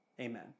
amen